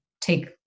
take